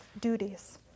duties